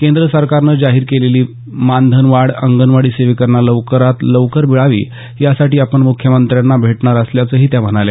केंद्र सरकारनं जाहीर केलेली मानधन वाढ अंगणवाडी सेविकांना लवकरात लवकर मिळावी यासाठी आपण मुख्यमंत्र्यांना भेटणार असल्याचंही त्या म्हणाल्या